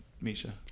Misha